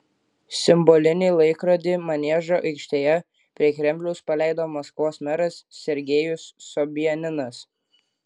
simbolinį laikrodį maniežo aikštėje prie kremliaus paleido maskvos meras sergejus sobianinas